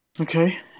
Okay